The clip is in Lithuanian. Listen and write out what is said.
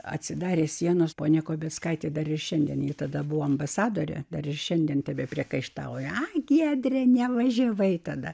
atsidarė sienos ponia kobeckaitė dar ir šiandien ji tada buvo ambasadorė dar ir šiandien tebepriekaištauja giedrę nevažiavai tada